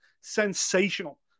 Sensational